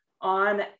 on